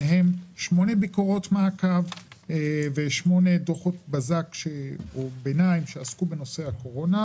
בהם שמונה ביקורת מעקב ושמונה דוחות בזק או ביניים שעסקו בנושא הקורונה.